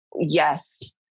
yes